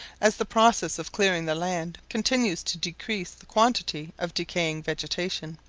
as the process of clearing the land continues to decrease the quantity of decaying vegetation.